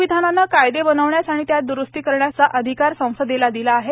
संविधानाने कायदे बनवण्याचा आणि त्यात द्रुस्ती करण्याचा अधिकार संसदेला दिला आहे